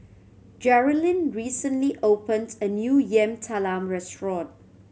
Jerilyn recently opened a new Yam Talam restaurant